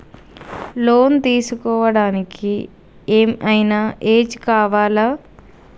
Loan తీస్కోవడానికి ఏం ఐనా ఏజ్ కావాలా?